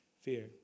fear